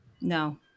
No